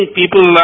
people